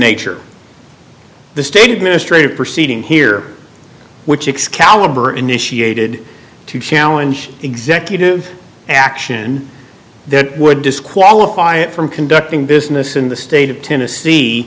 nature the state administrative proceeding here which excuse or initiated to challenge executive action that would disqualify it from conducting business in the state of tennessee